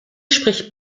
spricht